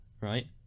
right